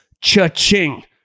cha-ching